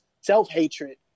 self-hatred